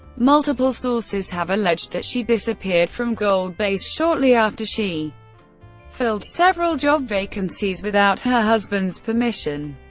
multiple sources have alleged that she disappeared from gold base shortly after she filled several job vacancies without her husband's permission.